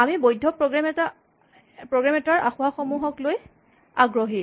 আমি বৈধ্য প্ৰগ্ৰেম এটাৰ আসোঁৱাহসমূহকলৈ আগ্ৰহী